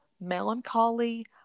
melancholy